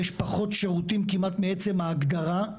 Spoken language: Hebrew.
יש פחות שירותים כמעט מעצם ההגדרה,